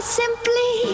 simply